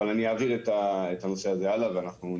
אבל אני אעביר את הנושא הזה הלאה ונראה